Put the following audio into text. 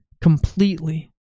completely